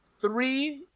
three